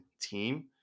team